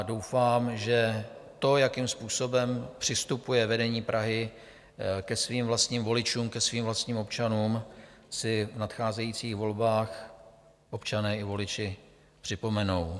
Doufám, že to, jakým způsobem přistupuje vedení Prahy ke svým vlastním voličům, ke svým vlastním občanům, si v nadcházejících volbách občané i voliči připomenou.